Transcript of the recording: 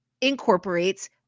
incorporates